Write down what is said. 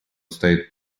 стоит